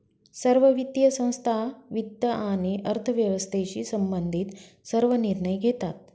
सर्व वित्तीय संस्था वित्त आणि अर्थव्यवस्थेशी संबंधित सर्व निर्णय घेतात